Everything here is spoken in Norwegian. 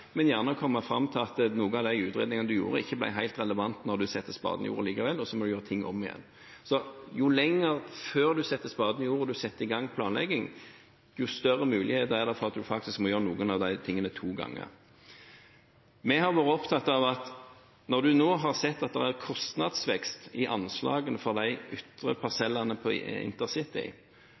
men gjerne komme fram til at noen av de utredningene en gjorde, ikke ble helt relevante likevel når en setter spaden i jorda, og så må en gjøre ting om igjen. Så jo lenger før en setter spaden i jorda før en begynner med planlegging, jo større muligheter er det for at en faktisk må gjøre noen av de tingene to ganger. Når en nå har sett at det er kostnadsvekst i anslagene for de ytre parsellene på intercity,